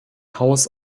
haus